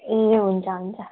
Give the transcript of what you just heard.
ए हुन्छ हुन्छ